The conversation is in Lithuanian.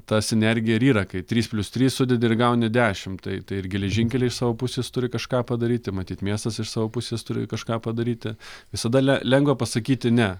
ta sinergija ir yra kai trys plius trys sudedi ir gauni dešimt tai tai ir geležinkeliai iš savo pusės turi kažką padaryti matyt miestas iš savo pusės turi kažką padaryti visada len lengva pasakyti ne